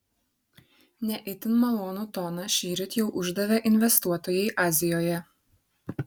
ne itin malonų toną šįryt jau uždavė investuotojai azijoje